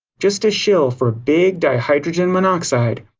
just a shill for big dihydrogen-monoxide.